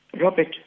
Robert